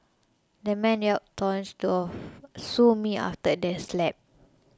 the man yelled taunts to a sue me after the slap